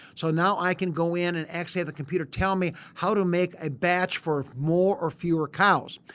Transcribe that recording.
so, now i can go in and actually have the computer tell me how to make a batch for more or fewer cows.